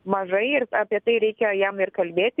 mažai ir apie tai reikia jam ir kalbėti